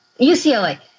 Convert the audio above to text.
UCLA